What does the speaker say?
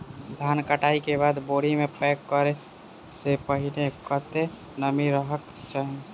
धान कटाई केँ बाद बोरी मे पैक करऽ सँ पहिने कत्ते नमी रहक चाहि?